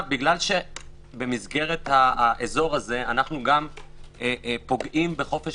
בגלל שבמסגרת האזור הזה אנו פוגעים גם בחופש